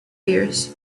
ears